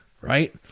right